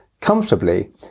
comfortably